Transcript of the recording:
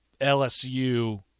LSU